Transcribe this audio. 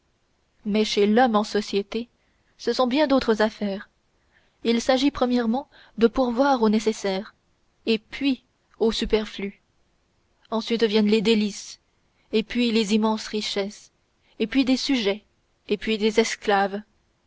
mais chez l'homme en société ce sont bien d'autres affaires il s'agit premièrement de pourvoir au nécessaire et puis au superflu ensuite viennent les délices et puis les immenses richesses et puis des sujets et puis des esclaves